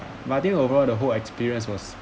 but I think overall the whole experience was